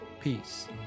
Peace